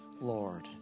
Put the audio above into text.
Lord